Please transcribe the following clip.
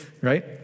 right